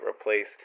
replace